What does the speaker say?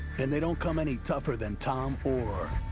and they don't come any tougher than tom oar.